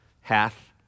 hath